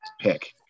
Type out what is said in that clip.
pick